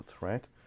right